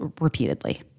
repeatedly